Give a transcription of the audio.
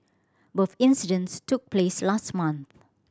both incidents took place last month